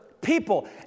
people